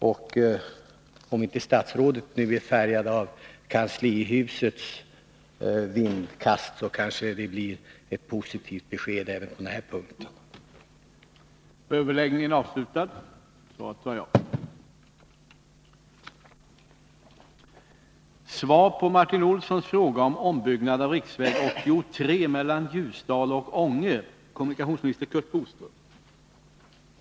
Om statsrådet Curt Boström inte är påverkad av kanslihusets atmosfär alltför mycket kanske det kommer ett positivt besked även när det gäller handläggningen av denna fråga.